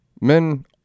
Men